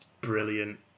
brilliant